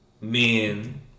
men